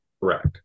correct